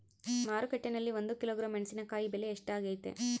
ಮಾರುಕಟ್ಟೆನಲ್ಲಿ ಒಂದು ಕಿಲೋಗ್ರಾಂ ಮೆಣಸಿನಕಾಯಿ ಬೆಲೆ ಎಷ್ಟಾಗೈತೆ?